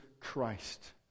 Christ